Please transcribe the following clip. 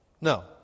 No